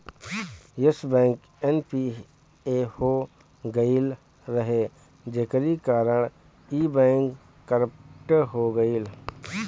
Yes bank NPA हो गईल रहे जेकरी कारण इ बैंक करप्ट हो गईल